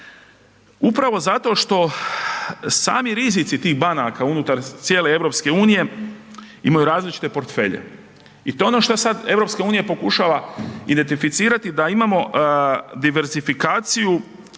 Upravo zato što sami rizici tih banaka unutar cijele EU imaju različite portfelje i to je ono što sad EU pokušava identificirati da imamo diversifikaciju